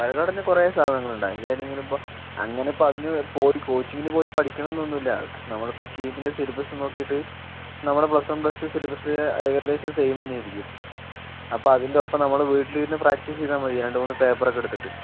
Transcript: പാലക്കാടുതന്നെ കുറെ സ്ഥാപനങ്ങളുണ്ട് ആയിലേതെങ്കിലും ഇപ്പോൾ അങ്ങനെയിപ്പോൾ അതിനു കോച്ചിങ്ങിനു പോയി പഠിക്കണമേന്നൊന്നും ഇല്ല പക്ഷെ നമ്മളീ കീമിൻറ്റെ സില്ലബസൊക്കെ നോക്കീട്ട് നമ്മടെ പ്ലസ് വൺ പ്ലസ്ടു സിലബസ് ഏകദേശം സെയിം തന്നെയായിരിക്കും അപ്പൊൾ അതിൻറ്റെയൊപ്പം നമ്മള് വീട്ടിലിരുന്ന് പ്രാക്ടീസ് ചെയ്താൽ മതി രണ്ടുമൂന്ന് പേപ്പറൊക്കെ എടുത്തിട്ട്